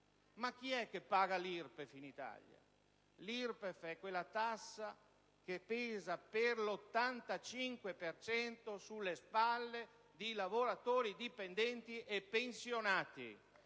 Ma chi è che paga l'IRPEF in Italia? L'IRPEF è quell'imposta che pesa per l'85 per cento sulle spalle di lavoratori dipendenti e pensionati: